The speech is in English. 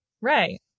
right